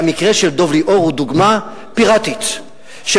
המקרה של דב ליאור הוא דוגמה פיראטית של